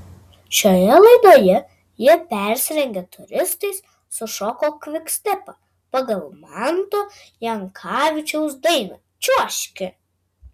šioje laidoje jie persirengę turistais sušoko kvikstepą pagal manto jankavičiaus dainą čiuožki